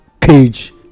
cage